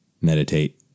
meditate